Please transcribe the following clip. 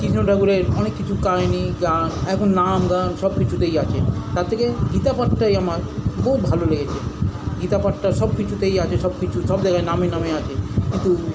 কৃষ্ণ ঠাকুরের অনেক কিছু কাহিনি গান এখন নাম গান সবকিছুতেই আছে তার থেকে গীতা পাঠটাই আমার বহুত ভালো লেগেছে গীতা পাঠটা সবকিছুতেই আছে সবকিছু সব জায়গায় নামে নামে আছে কিন্তু